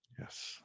Yes